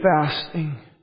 fasting